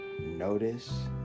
notice